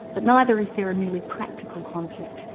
but neither is there a merely practical conflict.